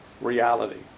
reality